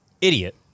Idiot